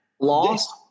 Lost